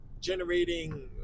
generating